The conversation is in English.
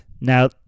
Now